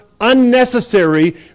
unnecessary